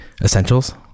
Essentials